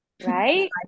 Right